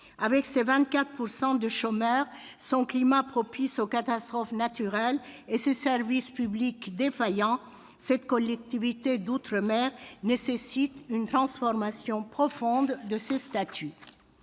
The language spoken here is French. Avec ses 24 % de chômeurs, son climat propice aux catastrophes naturelles et ses services publics défaillants, cette collectivité d'outre-mer a besoin d'une transformation profonde de ses statuts.